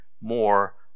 more